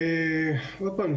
עוד פעם,